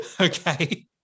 Okay